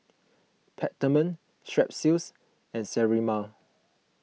Peptamen Strepsils and Sterimar